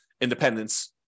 independence